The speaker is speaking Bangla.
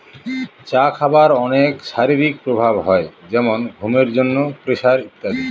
চা খাবার অনেক শারীরিক প্রভাব হয় যেমন ঘুমের জন্য, প্রেসার ইত্যাদি